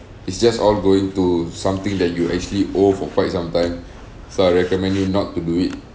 it's just all going to something that you actually owe for quite some time so I recommend you not to do it